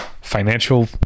financial